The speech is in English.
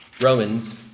Romans